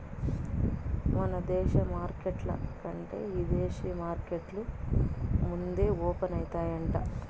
మన దేశ మార్కెట్ల కంటే ఇదేశీ మార్కెట్లు ముందే ఓపనయితాయంట